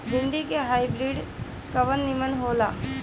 भिन्डी के हाइब्रिड कवन नीमन हो ला?